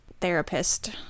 therapist